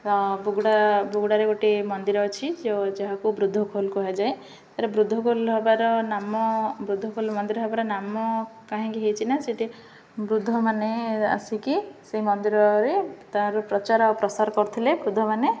ବୁଗୁଡ଼ା ବୁଗୁଡ଼ାରେ ଗୋଟଏ ମନ୍ଦିର ଅଛି ଯେଉଁ ଯାହାକୁ ବୃଦ୍ଧଖୋଲ କୁହାଯାଏ ତା'ର ବୃଦ୍ଧଖୋଲ ହବାର ନାମ ବୃଦ୍ଧଖୋଲ ମନ୍ଦିର ହେବାର ନାମ କାହିଁକି ହେଇଛି ନା ସେଠି ବୃଦ୍ଧମାନେ ଆସିକି ସେଇ ମନ୍ଦିରରେ ତା'ର ପ୍ରଚାର ଆଉ ପ୍ରସାର କରୁଥିଲେ ବୃଦ୍ଧମାନେ